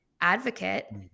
advocate